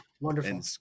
wonderful